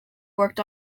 worked